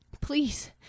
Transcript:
Please